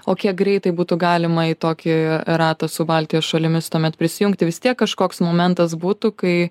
o kiek greitai būtų galima į tokį ratą su baltijos šalimis tuomet prisijungti vis tiek kažkoks momentas būtų kai